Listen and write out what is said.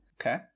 okay